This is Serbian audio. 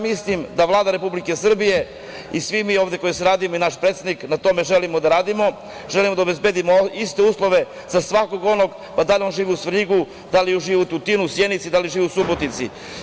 Mislim da Vlada Republike Srbije i svi mi koji radimo i naš predsednik, na tome želimo da radimo, želimo da obezbedimo iste uslove za svakog onog, pa da li živi u Svrljigu, u Tutinu, Sjenici, Subotici.